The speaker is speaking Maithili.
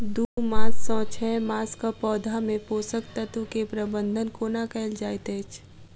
दू मास सँ छै मासक पौधा मे पोसक तत्त्व केँ प्रबंधन कोना कएल जाइत अछि?